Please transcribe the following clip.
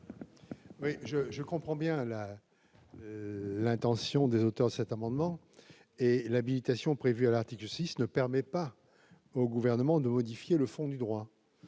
? Je comprends bien l'intention des auteurs de cet amendement, mais l'habilitation prévue à l'article 6 ne permet pas au Gouvernement de modifier le fond du droit.